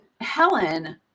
Helen